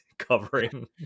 covering